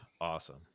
Awesome